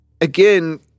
again